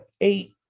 eight